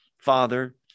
Father